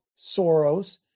Soros